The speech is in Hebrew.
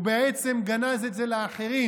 הוא בעצם גנז את זה לאחרים,